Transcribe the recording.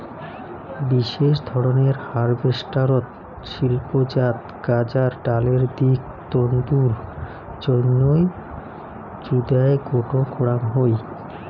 বিশেষ ধরনের হারভেস্টারত শিল্পজাত গাঁজার ডালের দিক তন্তুর জইন্যে জুদায় গোটো করাং হই